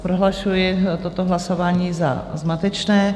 Prohlašuji toto hlasování za zmatečné.